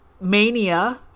Mania